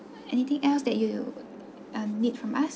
anything else that you um need from us